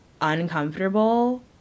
uncomfortable